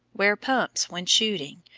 wear pumps when shooting,